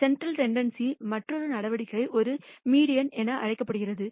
central டெண்டன்ஸிஇன் மற்றொரு நடவடிக்கை ஒரு மீடியன் என்று அழைக்கப்படுகிறது